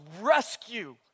rescue